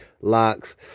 locks